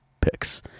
picks